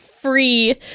free